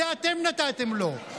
זה אתם נתתם לו.